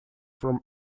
from